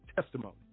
testimony